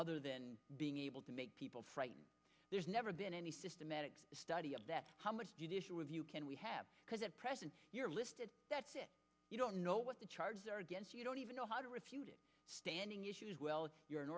other than being able to make people frightened there's never been any systematic study of that how much judicial review can we have because at present you're listed that you don't know what the charges are against you don't even know how to refute it standing issues well if you're an